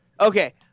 Okay